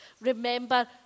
remember